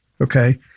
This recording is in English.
okay